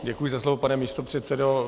Děkuji za slovo, pane místopředsedo.